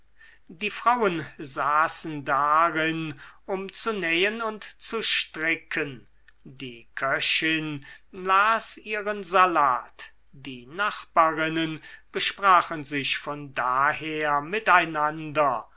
die frauen saßen darin um zu nähen und zu stricken die köchin las ihren salat die nachbarinnen besprachen sich von daher miteinander